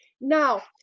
Now